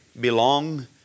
belong